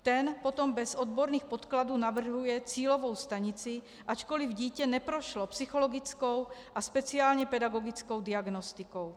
Ten potom bez odborných podkladů navrhuje cílovou stanici, ačkoliv dítě neprošlo psychologickou a speciálněpedagogickou diagnostikou.